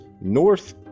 north